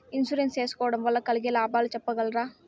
Insurance సేసుకోవడం వల్ల కలిగే లాభాలు సెప్పగలరా?